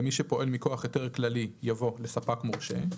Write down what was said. למי שפועל מכוח היתר כללי" יבוא "לספק מורשה".